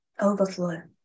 overflow